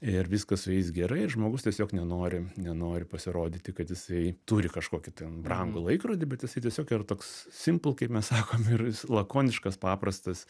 ir viskas su jais gerai ir žmogus tiesiog nenori nenori pasirodyti kad jisai turi kažkokį ten brangų laikrodį bet jisai tiesiog yra toks simple kaip mes sakom ir jis lakoniškas paprastas